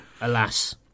alas